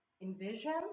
envision